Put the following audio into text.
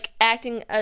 acting